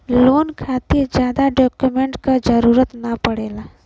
loan खातिर जादा document क जरुरत न पड़ेला